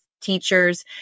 teachers